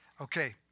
Okay